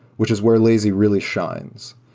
which is where lazy really shines.